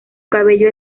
cabello